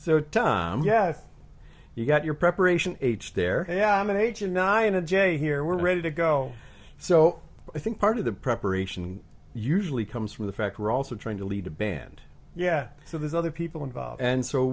so tom yes you got your preparation h there am an age of nine a day here we're ready to go so i think part of the preparation usually comes from the fact we're also trying to lead a band yeah so there's other people involved and so